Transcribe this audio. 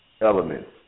elements